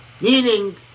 Meaning